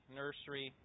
nursery